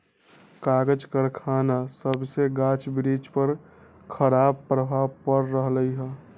कागज करखना सभसे गाछ वृक्ष पर खराप प्रभाव पड़ रहल हइ